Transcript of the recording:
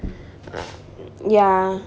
ya